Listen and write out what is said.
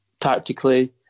tactically